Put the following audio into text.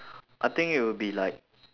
I think it will be like